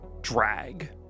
drag